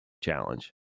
challenge